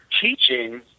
teaching